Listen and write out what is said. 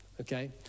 okay